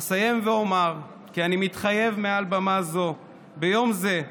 אסיים ואומר כי אני מתחייב מעל במה זו, ביום זה,